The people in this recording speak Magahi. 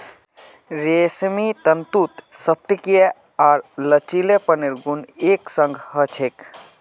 रेशमी तंतुत स्फटिकीय आर लचीलेपनेर गुण एक संग ह छेक